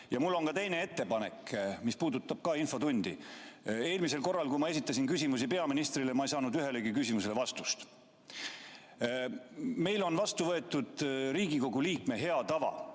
Ja mul on ka teine ettepanek, mis puudutab ka infotundi. Eelmisel korral, kui ma esitasin küsimusi peaministrile, ma ei saanud ühelegi küsimusele vastust. Meil on vastu võetud Riigikogu liikme hea tava.